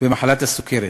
במחלת הסוכרת.